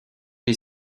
les